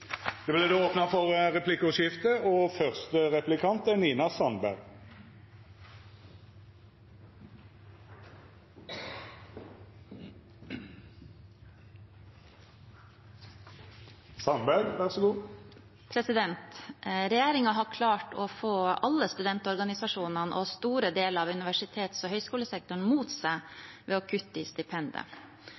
Det vert replikkordskifte. Regjeringen har klart å få alle studentorganisasjonene og store deler av universitets- og høyskolesektoren mot seg ved å kutte i stipendet.